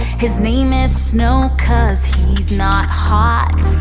his name is snow cause he's not hot.